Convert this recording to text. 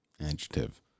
Adjective